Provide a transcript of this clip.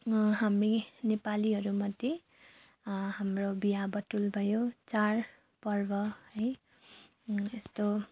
हामी नेपालीहरूमध्ये हाम्रो बिहाबटुल भयो चाडपर्व है यस्तो